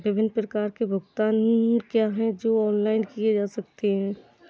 विभिन्न प्रकार के भुगतान क्या हैं जो ऑनलाइन किए जा सकते हैं?